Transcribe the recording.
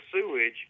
sewage